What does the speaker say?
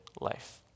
life